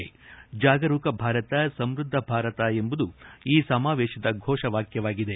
ಜಾಗರೂಕ ಭಾರತ ಸಮೃದ್ದ ಭಾರತ ಎಂಬುದು ಈ ಸಮಾವೇಶದ ಘೋಷವಾಕ್ಕವಾಗಿದೆ